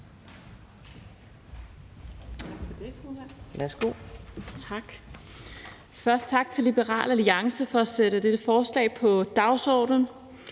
Tak for det, formand. Først tak til Liberal Alliance for at sætte dette forslag på dagsordenen.